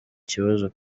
kibazo